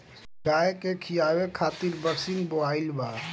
गाई के खियावे खातिर बरसिंग बोआइल बा